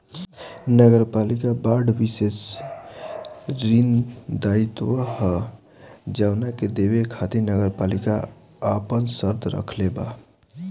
नगरपालिका बांड विशेष ऋण दायित्व ह जवना के देवे खातिर नगरपालिका आपन शर्त राखले बा